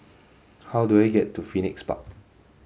how do I get to Phoenix Park